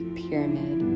pyramid